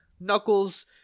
Knuckles